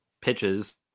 pitches